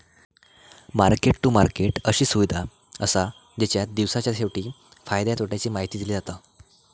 market to market अशी सुविधा असा जेच्यात दिवसाच्या शेवटी फायद्या तोट्याची माहिती दिली जाता